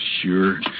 Sure